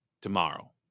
tomorrow